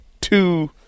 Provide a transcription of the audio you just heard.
two